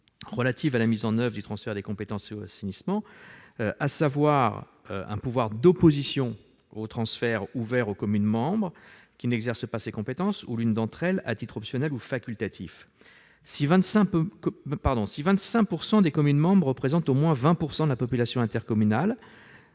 relative à la mise en oeuvre du transfert des compétences eau et assainissement aux communautés de communes. Un pouvoir d'opposition au transfert est ouvert aux communes membres qui n'exercent pas ces compétences ou à l'une d'entre elles, à titre optionnel ou facultatif. Si 25 % des communes membres représentant au moins 20 % de la population intercommunale